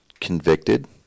convicted